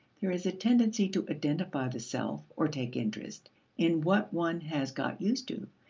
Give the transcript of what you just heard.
there is a tendency to identify the self or take interest in what one has got used to,